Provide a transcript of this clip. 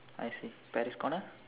I see Paris corner